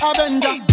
Avenger